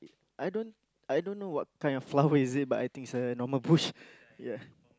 I don't I don't know what kind of flower is it but I think it's a normal bush ya